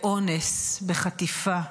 באונס, בחטיפה,